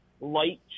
light